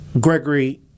Gregory